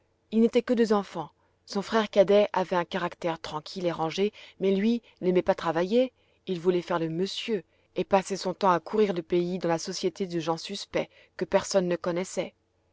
ils n'étaient que deux enfants son frère cadet avait un caractère tranquille et rangé mais lui n'aimait pas travailler il voulait faire le monsieur et passait son temps à courir le pays dans la société de gens suspects que personne ne connaissait